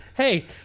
hey